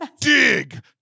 Dig